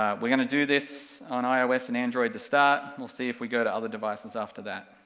we're gonna do this on ios and android to start, we'll see if we go to other devices after that.